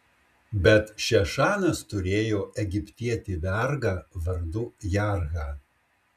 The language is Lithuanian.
bet šešanas turėjo egiptietį vergą vardu jarhą